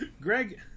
Greg